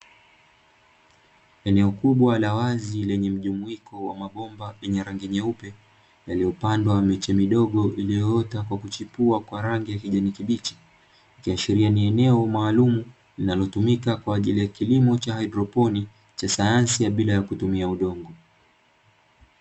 Eneo kubwa la wazi lenye mjumuiko wa mabomba yenye rangi nyeupe yaliyopandwa miche midogo iliyoota kwa kuchepua kwa rangi ya kijani kibichi, ikiashiria ni eneo maalumu linalotumika kwa ajili ya kilimo cha haidroponi cha sayansi ya bila ya kutumia udongo.